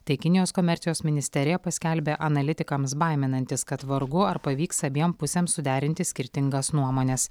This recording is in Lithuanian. tai kinijos komercijos ministerija paskelbė analitikams baiminantis kad vargu ar pavyks abiem pusėm suderinti skirtingas nuomones